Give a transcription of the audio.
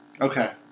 Okay